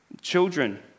Children